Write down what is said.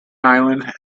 island